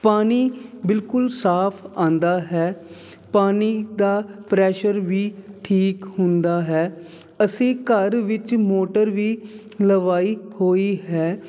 ਪਾਣੀ ਬਿਲਕੁਲ ਸਾਫ ਆਉਂਦਾ ਹੈ ਪਾਣੀ ਦਾ ਪ੍ਰੈਸ਼ਰ ਵੀ ਠੀਕ ਹੁੰਦਾ ਹੈ ਅਸੀਂ ਘਰ ਵਿੱਚ ਮੋਟਰ ਵੀ ਲਵਾਈ ਹੋਈ ਹੈ